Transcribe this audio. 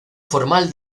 formal